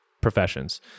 professions